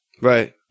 Right